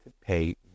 pay